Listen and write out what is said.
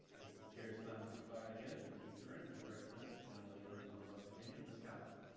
the chair's time has expired again. let me turn and recognize the gentlelady from west virginia, mrs. capito.